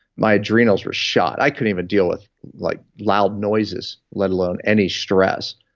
my adrenals were shot. i couldn't even deal with like loud noises, let alone any stress.